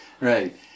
right